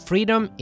Freedom